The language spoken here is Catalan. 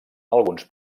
alguns